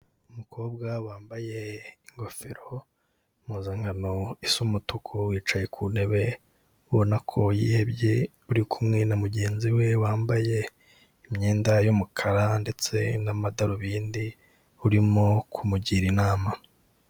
Umukobwa wambaye ingofero, impuzankano isa umutuku yicaye ku ntebe ubona ko yihebye, uri kumwe na mugenzi we wambaye imyenda y'umukara ndetse n'amadarubindi, urimo kumugira inama.